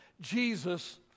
Jesus